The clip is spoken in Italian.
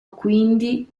quindi